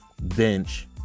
bench